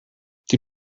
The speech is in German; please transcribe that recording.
die